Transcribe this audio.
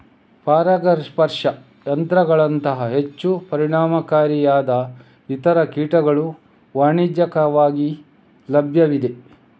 ಪರಾಗಸ್ಪರ್ಶ ಯಂತ್ರಗಳಂತಹ ಹೆಚ್ಚು ಪರಿಣಾಮಕಾರಿಯಾದ ಇತರ ಕೀಟಗಳು ವಾಣಿಜ್ಯಿಕವಾಗಿ ಲಭ್ಯವಿವೆ